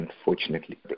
Unfortunately